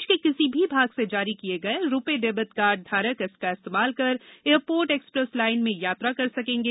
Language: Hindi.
देश के किसी भी भाग से जारी किए गए रुपे डेबिट कार्ड धारक इसका इस्तेमाल कर एयरपोर्ट एक्सप्रेस लाइन में यात्रा कर सकेंगे